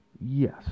yes